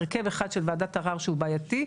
הרכב אחד לש וועדת ערר שהוא בעייתי,